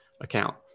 account